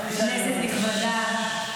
כנסת נכבדה,